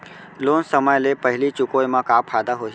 Loan समय ले पहिली चुकाए मा का फायदा होही?